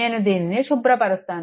నేను దీనిని శుభ్రపరుస్తాను